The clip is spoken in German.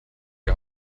die